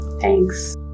Thanks